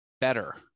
better